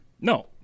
no